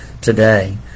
today